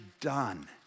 done